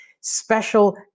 special